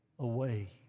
away